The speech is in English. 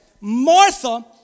Martha